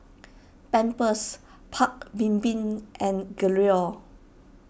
Pampers Paik's Bibim and Gelare